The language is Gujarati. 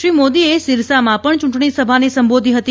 શ્રી મોદીએ સીરસામાં પણ ચૂંટણી સભાને સંબોધી હતી